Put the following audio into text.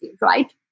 right